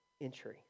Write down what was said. entry